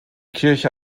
kirche